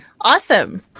Awesome